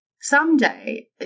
Someday